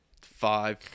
five